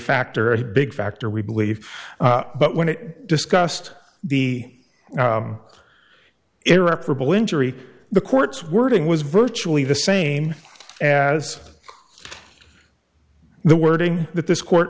factor a big factor we believe but when it discussed the irreparable injury the court's wording was virtually the same as the wording that this court